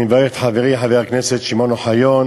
אני מברך את חברי חבר הכנסת שמעון אוחיון